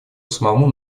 самому